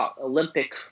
Olympic